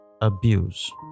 abuse